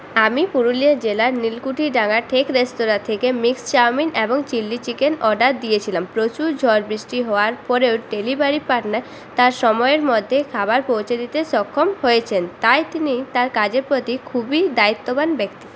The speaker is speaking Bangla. আমি পুরুলিয়া জেলার নীলকুঠি ডাঙার ঠেক রেস্তোরা থেকে মিক্সড চাউমিন এবং চিলি চিকেন অর্ডার দিয়েছিলাম প্রচুর ঝড় বৃষ্টি হওয়ার পরেও ডেলিভারি পার্টনার তার সময়ের মধ্যে খাবার পৌঁছে দিতে সক্ষম হয়েছেন তাই তিনি তার কাজের প্রতি খুবই দায়িত্ববান ব্যক্তি